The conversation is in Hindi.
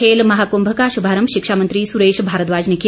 खेल महाक्भ का शुभारम शिक्षा मंत्री सुरेश भारद्वाज ने किया